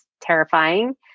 terrifying